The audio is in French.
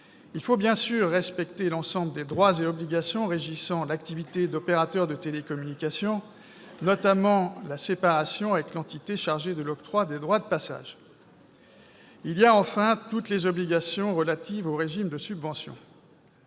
Il faut bien sûr respecter l'ensemble des droits et obligations régissant l'activité d'opérateur de télécommunications, notamment la séparation avec l'entité chargée de l'octroi des droits de passage. Enfin, il faut remplir toutes les obligations relatives au régime de subvention.